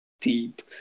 deep